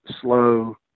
slow